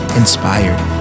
inspired